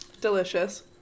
Delicious